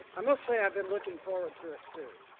i must say i have been looking forward to it too.